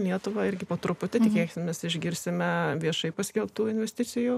į lietuvą irgi po truputį tikėkimės išgirsime viešai paskelbtų investicijų